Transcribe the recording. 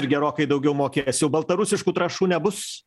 gerokai daugiau mokėsiu baltarusiškų trąšų nebus